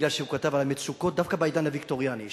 כי הוא כתב על המצוקות דווקא בעידן הוויקטוריאני,